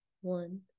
One